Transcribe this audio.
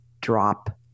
drop